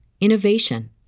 innovation